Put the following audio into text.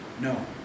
No